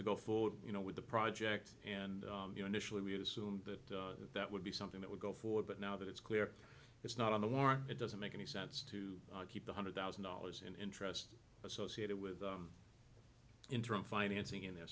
to go forward you know with the project and you know initially we had assumed that that would be something that would go forward but now that it's clear it's not on the war it doesn't make any sense to keep the hundred thousand dollars in interest associated with the interim financing in the